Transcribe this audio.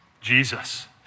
Jesus